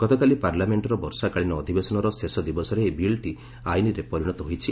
ଗତକାଲି ପାର୍ଲାମେଙ୍କର ବର୍ଷାକାଳୀନ ଅଧିବେଶନର ଶେଷ ଦିବସରେ ଏହି ବିଲ୍ଟି ଆଇନ୍ରେ ପରିଣତ ହୋଇଛି